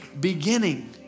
beginning